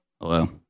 Hello